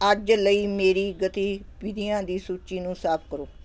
ਅੱਜ ਲਈ ਮੇਰੀ ਗਤੀਵਿਧੀਆਂ ਦੀ ਸੂਚੀ ਨੂੰ ਸਾਫ਼ ਕਰੋ